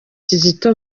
kizito